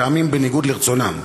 פעמים בניגוד לרצונם,